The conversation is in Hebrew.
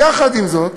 יחד עם זאת,